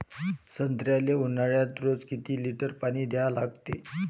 संत्र्याले ऊन्हाळ्यात रोज किती लीटर पानी द्या लागते?